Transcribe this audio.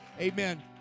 Amen